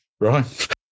right